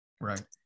right